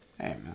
Hey